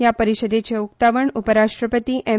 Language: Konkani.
ह्या परिशदेचे उक्तावण उपराश्ट्रपती एम